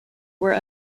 were